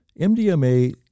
MDMA